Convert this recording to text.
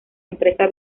empresa